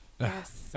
Yes